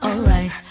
Alright